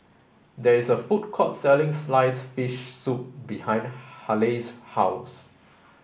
there is a food court selling sliced fish soup behind Halle's house